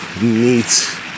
neat